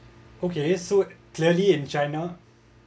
okay so clearly in china